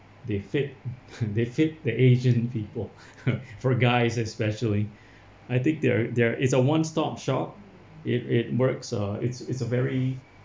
they fit they fit the asian people for guys especially I think there are there are is a one stop shop it it works uh it's it's a very